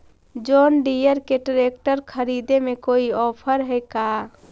जोन Deere के tractor खरिदे में कोई औफर है का?